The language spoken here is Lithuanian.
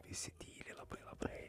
visi tyliai labai labai